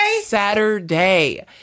Saturday